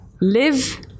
live